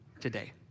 today